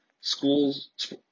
Schools